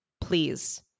please